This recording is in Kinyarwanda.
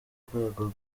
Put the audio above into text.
rwego